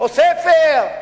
או ספר,